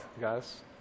guys